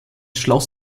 schloss